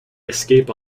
escape